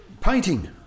Painting